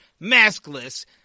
maskless